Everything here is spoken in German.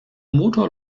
motor